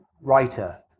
writer